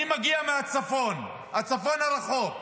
אני מגיע מהצפון, הצפון הרחוק,